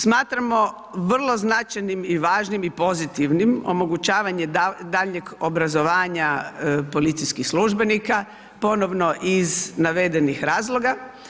Smatramo vrlo značajnim i važnim i pozitivnim omogućavanje daljnjeg obrazovanja policijskih službenika, ponovno iz navedenih razloga.